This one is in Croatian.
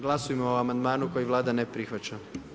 Glasujmo o amandmanu koji Vlada ne prihvaća.